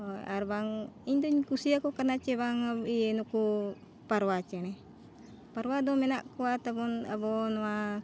ᱟᱨᱵᱟᱝ ᱤᱧᱫᱚᱧ ᱠᱩᱥᱤᱭᱟᱠᱚ ᱠᱟᱱᱟ ᱪᱮ ᱵᱟᱝ ᱤᱭᱟᱹ ᱱᱩᱠᱩ ᱯᱟᱣᱨᱟ ᱪᱮᱬᱮ ᱯᱟᱣᱨᱟ ᱫᱚ ᱢᱮᱱᱟᱜ ᱠᱚᱣᱟ ᱛᱟᱵᱚᱱ ᱟᱵᱚ ᱱᱚᱣᱟ